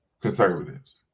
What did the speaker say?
Conservatives